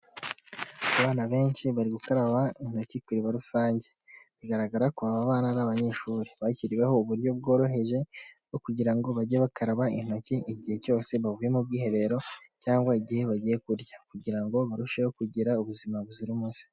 Abana benshi bari gukaraba intoki ku iriba rusange, bigaragara ko aba bana ari abanyeshuri, bashyiriweho uburyo bworoheje bwo kugira ngo bajye bakaraba intoki igihe cyose bavuye mu bwiherero, cyangwa igihe bagiye kurya kugira ngo barusheho kugira ubuzima buzira umuze.